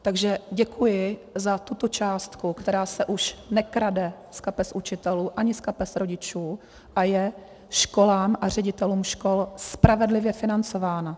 Takže děkuji za tuto částku, která se už nekrade z kapes učitelů ani z kapes rodičů a je školám a ředitelům škol spravedlivě financována.